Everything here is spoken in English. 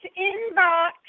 inbox